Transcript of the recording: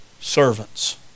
servants